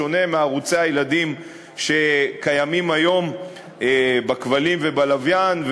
בשונה מערוצי הילדים שקיימים היום בכבלים ובלוויין,